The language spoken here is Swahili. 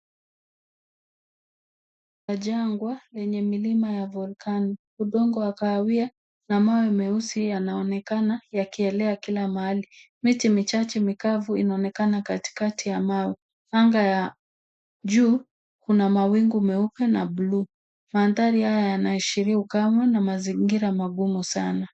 Jangwa lenye milima ya volcano, udongo wa kahawia na mawe meusi yanaonekana yakienea kila mahali. Miti michache mikavu inaonekana katikati ya mawe. Anga ya juu kuna mawingu meupe na blue . Mandhari haya yanaashiria ukame na mazingira magumu sana.